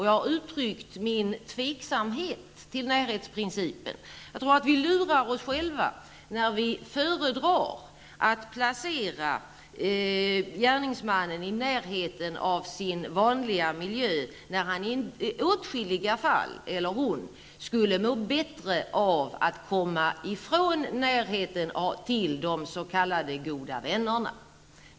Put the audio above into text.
Jag har uttryckt mitt tvivel när det gäller närhetsprincipen. Jag tror att vi lurar oss själva när vi föredrar att placera gärningsmannen i närheten av hans vanliga miljö, när han eller hon i åtskilliga fall skulle må bättre av att komma ifrån närheten till de s.k. goda vännerna.